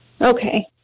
Okay